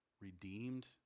redeemed